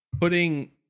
putting